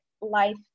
life